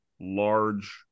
large